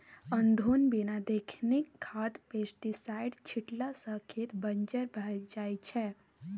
अनधुन बिना देखने खाद पेस्टीसाइड छीटला सँ खेत बंजर भए जाइ छै